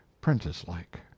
prentice-like